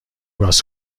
باز